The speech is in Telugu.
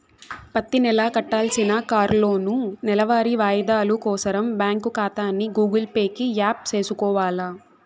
ప్రతినెలా కట్టాల్సిన కార్లోనూ, నెలవారీ వాయిదాలు కోసరం బ్యాంకు కాతాని గూగుల్ పే కి యాప్ సేసుకొవాల